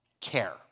care